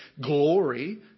glory